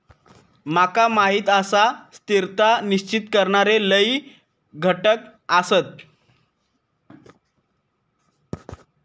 माका माहीत आसा, स्थिरता निश्चित करणारे लय घटक आसत